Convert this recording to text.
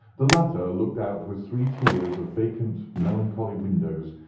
the latter looked out with three tiers of vacant melancholy windows,